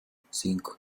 cinco